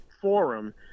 forum